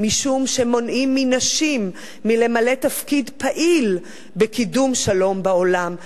משום שמונעים מנשים למלא תפקיד פעיל בקידום שלום בעולם.